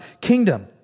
kingdom